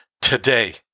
today